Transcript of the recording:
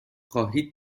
خواهید